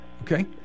Okay